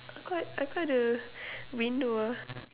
how come how come the window ah